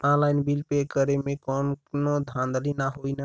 Online bill pay करे में कौनो धांधली ना होई ना?